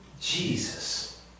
Jesus